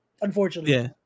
unfortunately